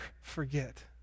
forget